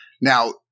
now